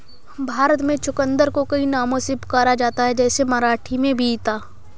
भारत में चुकंदर को कई नामों से पुकारा जाता है जैसे मराठी में बीता